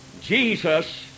Jesus